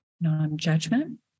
non-judgment